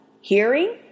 hearing